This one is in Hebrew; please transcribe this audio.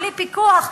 בלי פיקוח.